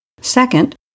Second